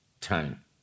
time